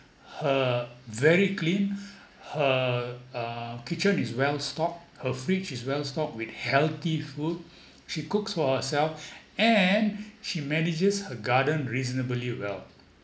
her very clean her uh kitchen is well stocked her fridge is well stocked with healthy food she cooks for herself and she manages her garden reasonably well